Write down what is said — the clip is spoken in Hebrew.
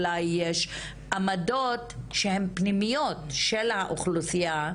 אולי יש עמדות שהן פנימיות של האוכלוסייה,